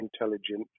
intelligent